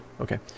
okay